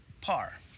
par